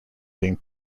being